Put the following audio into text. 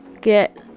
get